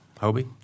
Hobie